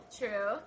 true